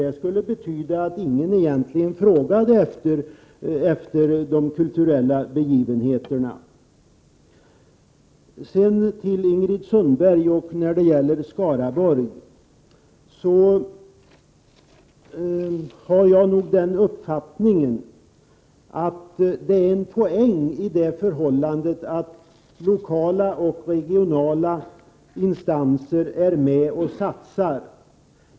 Det skulle nämligen betyda att ingen egentligen frågade efter kulturella begivenheter. I fråga om situationen i Skaraborg, Ingrid Sundberg, är min uppfattning att det ligger en poäng i det förhållandet att lokala och regionala instanser är med och satsar.